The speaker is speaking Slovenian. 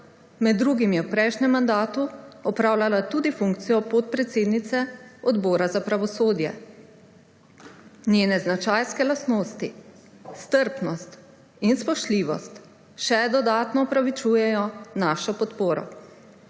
Med drugim je v prejšnjem mandatu opravljala tudi funkcijo podpredsednice Odbora za pravosodje. Njene značajske lastnosti, strpnost in spoštljivost še dodatno opravičujejo našo podporo.